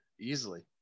easily